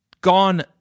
gone